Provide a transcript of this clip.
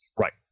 Right